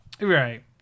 right